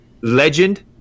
legend